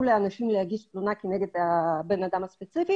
לאנשים להגיש תלונה כנגד הבן אדם הספציפי,